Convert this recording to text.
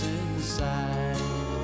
inside